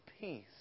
peace